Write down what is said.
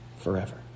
forever